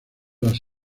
las